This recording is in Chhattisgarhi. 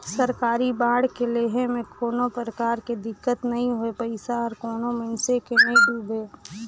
सरकारी बांड के लेहे में कोनो परकार के दिक्कत नई होए पइसा हर कोनो मइनसे के नइ डुबे